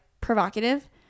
provocative